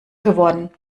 geworden